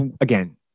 again